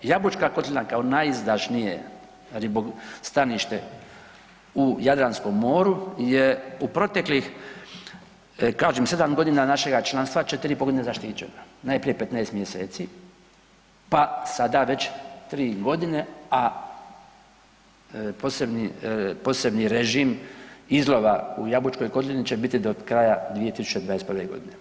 Jabučka kotlina kao najizdašnije stanište u Jadranskom moru je u proteklih kažem 7 g. našega članstva, 4,5 g. zaštićeno, najprije 15 mj. pa sad već 3 g. a posebni režim izlova u Jabučkoj kotlini će biti do kraja 2021. godine.